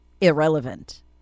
irrelevant